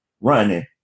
running